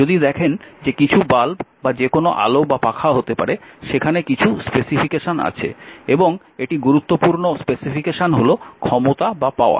যদি দেখেন যে কিছু বাল্ব বা যে কোন আলো বা পাখা হতে পারে সেখানে কিছু স্পেসিফিকেশন আছে এবং একটি গুরুত্বপূর্ণ স্পেসিফিকেশন হল ক্ষমতা বা পাওয়ার